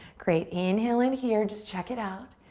great, inhale in here, just check it out.